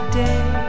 day